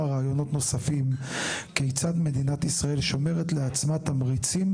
רעיונות נוספים כיצד מדינת ישראל שומרת לעצמה תמריצים